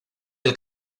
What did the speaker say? del